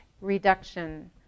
reduction